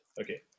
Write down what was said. Okay